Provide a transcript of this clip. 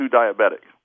diabetic